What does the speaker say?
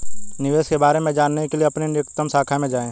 निवेश के बारे में जानने के लिए अपनी निकटतम शाखा में जाएं